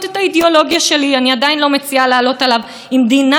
בג"ץ פסל עתירות למען שוויון בנישואים וגירושים בישראל,